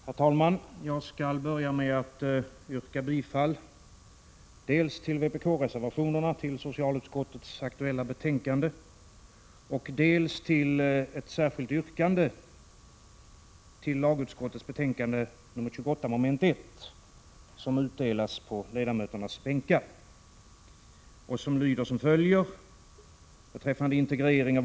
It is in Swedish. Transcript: Herr talman! Jag skall börja med att yrka bifall dels till vpk-reservationerna till socialutskottets aktuella betänkande, dels till ett särskilt yrkande till lagutskottets betänkande nr 28 mom. 1, som utdelas på ledamöternas bänkar.